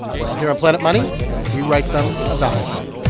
well, here on planet money, write them a valentine